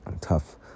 Tough